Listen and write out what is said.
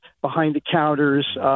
behind-the-counters